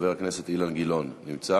חבר הכנסת אילן גילאון נמצא?